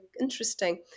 interesting